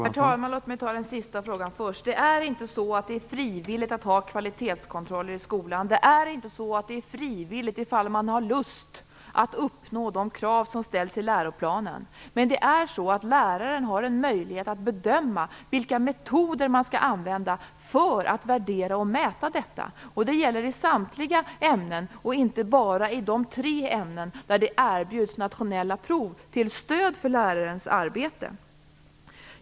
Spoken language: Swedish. Herr talman! Låt mig ta den sista frågan först. Det är inte frivilligt att ha kvalitetskontroller i skolan. Det är inte frivilligt, något man kan göra ifall man har lust, att uppnå de krav som ställs i läroplanen. Men läraren har en möjlighet att bedöma vilka metoder man skall använda för att värdera och mäta detta. Detta gäller i samtliga ämnen och inte bara i de tre ämnen där det erbjuds nationella prov till stöd för lärarens arbete.